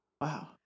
wow